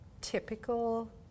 typical